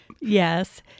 Yes